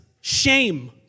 Shame